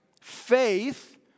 faith